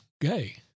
gay